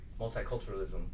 multiculturalism